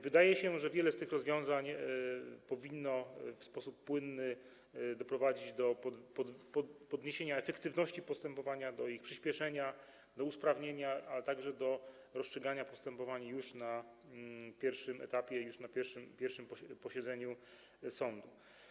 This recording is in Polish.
Wydaje się, że wiele z tych rozwiązań powinno w sposób płynny doprowadzić do podniesienia efektywności postępowań, do ich przyspieszenia, do usprawnienia, a także do rozstrzygania postępowań już na pierwszym etapie, już na pierwszym posiedzeniu sądu.